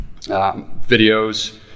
Videos